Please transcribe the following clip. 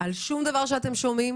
על שום דבר שאתם שומעים